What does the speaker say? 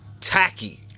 tacky